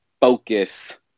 focus